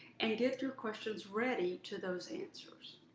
and get your questions ready to those answers.